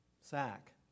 Sack